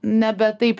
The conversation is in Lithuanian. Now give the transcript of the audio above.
nebe taip